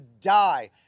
die